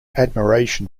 admiration